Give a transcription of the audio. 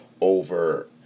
over